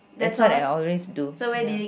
that's what I always do ya